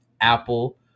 Apple